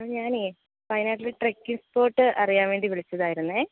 ഞാനേ വയനാട്ടിലെ trekking spot അറിയാൻ വേണ്ടി വിളിച്ചതായിരുന്നു